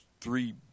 three